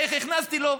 ראית איך הכנסתי לו?